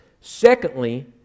Secondly